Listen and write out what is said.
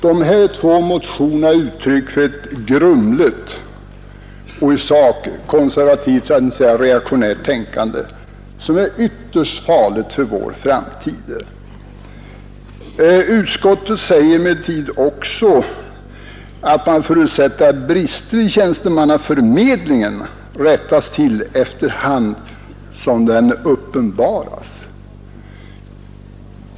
Dessa två motioner är uttryck för ett grumligt och i sak konservativt, för att inte säga reaktionärt, tänkande som är ytterst farligt för vår framtid. Utskottet säger emellertid också att man förutsätter att brister i tjänstemannaförmedlingen rättas till efter hand som de uppenbaras.